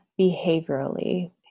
behaviorally